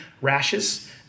rashes